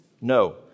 No